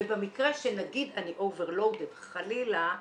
ובמקרה שנגיד אני over low --- אנחנו